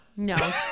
No